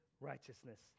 righteousness